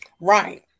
Right